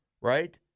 right